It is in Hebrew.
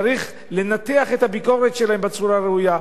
צריך לנתח את הביקורת שלהם בצורה הראויה,